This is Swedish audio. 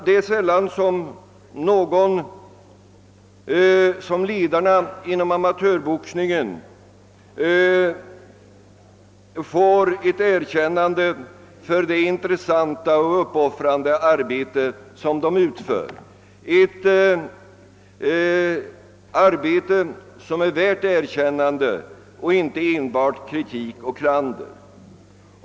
Det är också sällan som ledarna inom amatörboxningen får ett erkännande för det intresserade och uppoffrande arbete som de utför, ett arbete som är värt erkännande och inte enbart kritik och klander.